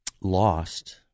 lost